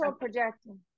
projection